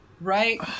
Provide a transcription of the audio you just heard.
right